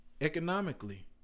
economically